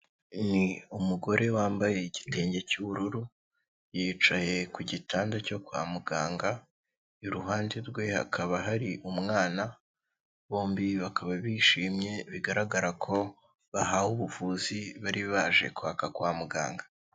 Ni umugore wambaye igitenge cy'ubururu, yicaye ku gitanda cyo kwa muganga, iruhande rwe hakaba hari umwana. Bombi bakaba bishimye bigaragara ko bahawe ubuvuzi bari baje kwaka kwa muganga.